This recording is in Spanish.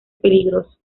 peligroso